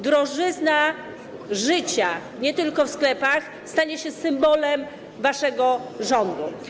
Drożyzna życia nie tylko w sklepach stanie się symbolem waszego rządu.